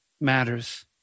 matters